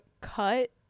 cut